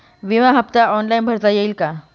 विमा हफ्ता ऑनलाईन भरता येईल का?